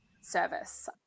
service